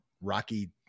Rocky